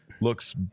looks